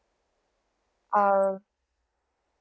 uh